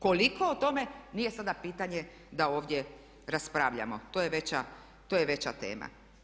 Koliko o tome, nije sada pitanje da ovdje raspravljamo, to je veća tema.